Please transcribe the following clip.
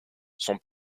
son